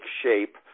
shape